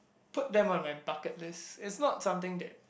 put them on my bucket list it's not something that